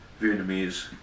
Vietnamese